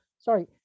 sorry